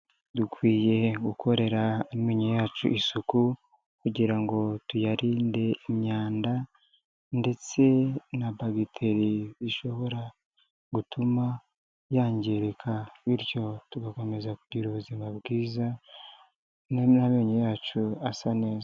dukwiye gukorera amenyo yacu isuku kugira ngo tuyarinde imyanda ndetse na bagiteri ishobora gutuma yangirika, bityo tugakomeza kugira ubuzima bwiza n'amenyo yacu asa neza.